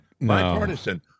bipartisan